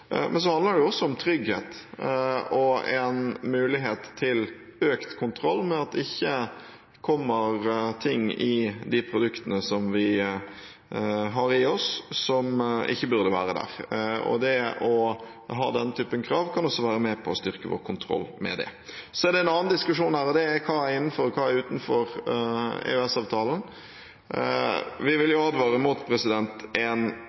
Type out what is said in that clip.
men det handler også om trygghet og om en mulighet til økt kontroll med at det ikke kommer ting i de produktene vi har i oss, som ikke burde være der. Det å ha den typen krav kan også være med på å styrke vår kontroll med det. Så er det en annen diskusjon her, nemlig: Hva er innenfor og hva er utenfor EØS-avtalen? Vi vil advare mot en